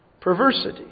perversity